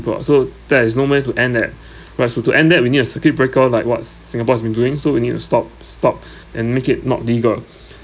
people so there is no way to end that right so to end that we need a circuit breaker oh like what s~ singapore has been doing so we need to stop stop and make it not legal